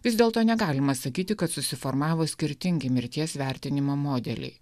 vis dėlto negalima sakyti kad susiformavo skirtingi mirties vertinimo modeliai